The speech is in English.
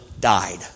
died